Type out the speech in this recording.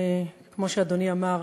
כמו שאדוני אמר,